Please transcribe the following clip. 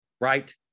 Right